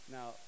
Now